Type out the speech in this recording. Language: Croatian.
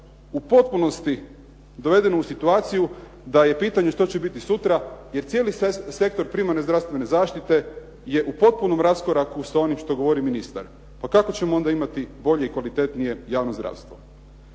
u potpunosti dovedeno u situaciju da je pitanje što će biti sutra, jer cijeli sektor primarne zdravstvene zaštite je u potpunom raskoraku sa onim što govori ministar. Pa kako ćemo onda imati bolje i kvalitetnije javno zdravstvo?